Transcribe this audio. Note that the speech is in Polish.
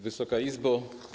Wysoka Izbo!